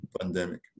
pandemic